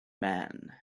man